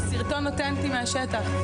הוא סרטון אותנטי מהשטח.